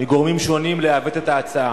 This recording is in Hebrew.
מגורמים שונים, לעוות את ההצעה.